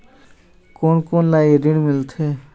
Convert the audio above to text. कोन कोन ला ये ऋण मिलथे?